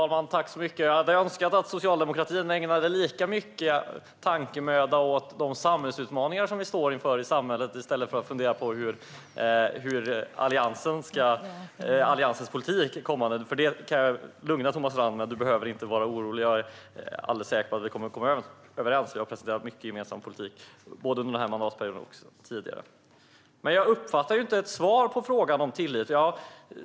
Fru talman! Jag hade önskat att Socialdemokraterna hade ägnat tankemöda åt de samhällsutmaningar som vi står inför i stället för att fundera över Alliansens kommande politik. Jag kan lugna dig, Thomas Strand. Du behöver inte vara orolig. Jag är alldeles säker på att vi kommer att komma överens. Vi har presenterat mycket gemensam politik både under denna mandatperiod och tidigare. Men jag uppfattade inte ett svar på frågan om tillit.